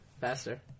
Faster